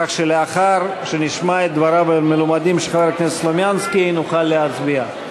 כך שלאחר שנשמע את דבריו המלומדים של חבר הכנסת סלומינסקי נוכל להצביע.